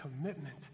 commitment